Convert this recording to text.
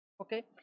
okay